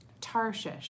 Tarshish